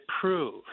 prove